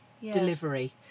delivery